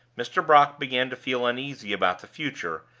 mr. brock began to feel uneasy about the future,